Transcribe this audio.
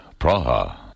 Praha